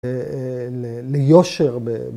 ‫ל... ל... ליושר ב